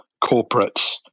corporates